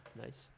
Nice